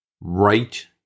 right